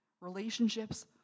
relationships